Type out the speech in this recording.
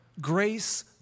grace